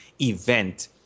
event